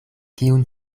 kiun